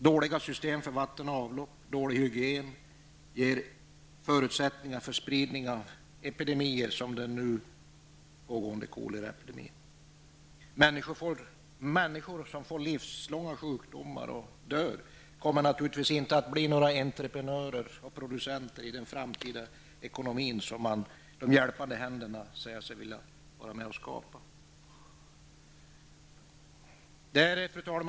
Dåliga system för vatten och avlopp och dålig hygien ger grogrund för spridning av epidemier, precis som nu är fallet i och med nämnda koleraepidemi. Människor som får livslånga sjukdomar och som dör blir naturligtivs inte entreprenörer eller producenter i den framtida ekonomi som de hjälpande händerna säger sig vilja vara med om att skapa. Fru talman!